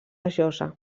josa